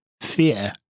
fear